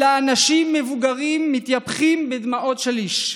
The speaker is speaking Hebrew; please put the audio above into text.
אלא אנשים מבוגרים מתייפחים בדמעות שליש.